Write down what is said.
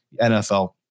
NFL